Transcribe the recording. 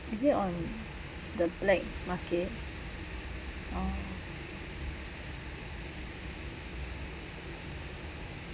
is it on the black market oh